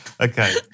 Okay